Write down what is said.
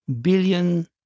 billion